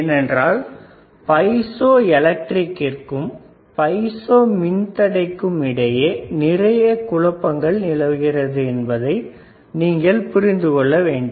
ஏனென்றால் பைசோ எலக்ட்ரிக்கிற்கும் பைசோ மின்தடைக்கும் இடையே நிறைய குழப்பங்கள் நிலவுகிறது என்பதை நீங்கள் புரிந்து கொள்ள வேண்டும்